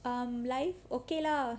um life okay lah